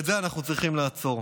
את זה אנחנו צריכים לעצור.